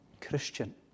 Christian